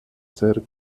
ser